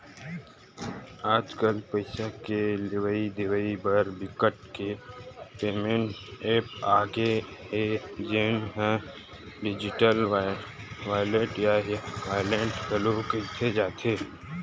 आजकल पइसा के लेवइ देवइ बर बिकट के पेमेंट ऐप्स आ गे हे जउन ल डिजिटल वॉलेट या ई वॉलेट घलो केहे जाथे